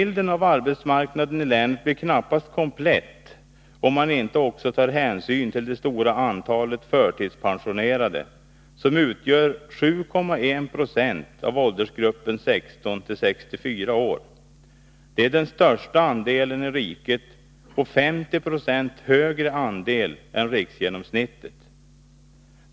— Bilden av arbetsmarknaden i länet blir knappast komplett om man inte också tar hänsyn till det stora antalet förtidspensionerade, som utgör 7,1 Io av åldersgruppen 16-64 år. Det är den största andelen i riket och 50 96 högre andel än riksgenomsnittet.